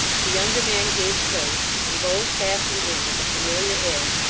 the younger man gave place and both passing in with a familiar air,